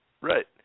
Right